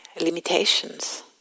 limitations